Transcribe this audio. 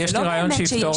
--- זה לא באמת שני